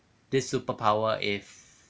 this superpower if